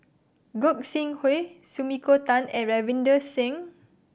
Gog Sing Hooi Sumiko Tan and Ravinder Singh